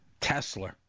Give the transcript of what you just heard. Tesla